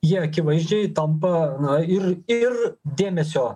jie akivaizdžiai tampa na ir ir dėmesio